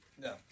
No